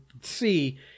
see